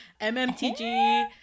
mmtg